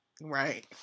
Right